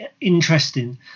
interesting